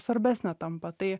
svarbesnė tampa tai